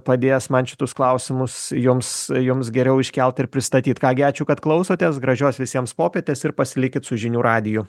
padėjęs man šitus klausimus jums jums geriau iškelt ir pristatyt ką gi ačiū kad klausotės gražios visiems popietės ir pasilikit su žinių radiju